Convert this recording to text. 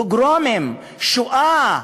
פוגרומים, שואה,